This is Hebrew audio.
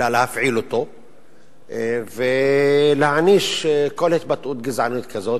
אלא צריך להפעיל אותו ולהעניש על כל התבטאות גזענית כזאת,